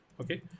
okay